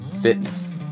fitness